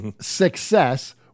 success